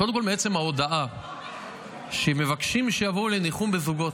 קודם כול מעצם ההודעה שמבקשים שיבואו לניחום בזוגות.